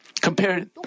compare